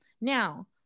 now-